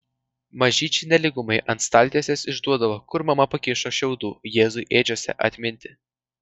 mažyčiai nelygumai ant staltiesės išduodavo kur mama pakišo šiaudų jėzui ėdžiose atminti